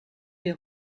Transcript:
les